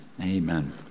Amen